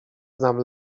znam